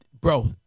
bro